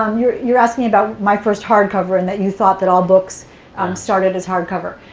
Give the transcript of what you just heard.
um you're you're asking about my first hardcover, and that you thought that all books um started as hardcover.